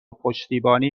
پشتیبانی